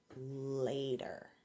later